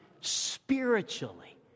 spiritually